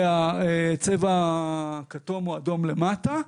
זה הצבע הכתום או האדום למטה.